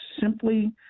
simply